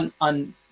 on